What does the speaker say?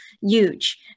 huge